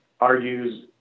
argues